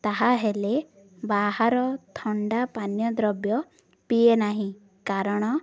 ତାହା ହେଲେ ବାହାର ଥଣ୍ଡା ପାନୀୟ ଦ୍ରବ୍ୟ ପିଏ ନାହିଁ କାରଣ